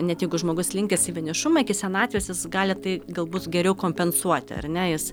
net jeigu žmogus linkęs į vienišumą iki senatvės jis gali tai galbūt geriau kompensuoti ar ne jis